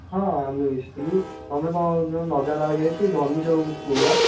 ହଁ ଆମେ ମିଶଥିଲୁ ତୁମେ କଁ କ'ଣ ସବୁ ନଜାଣିଲା ଭଳିଆ ସିଏ ଧନୀ ସାହୁଙ୍କ ପୁଅ ପା